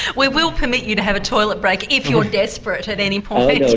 we will permit you to have a toilet break if you're desperate at any point.